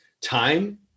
time